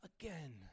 again